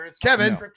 Kevin